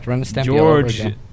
George